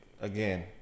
Again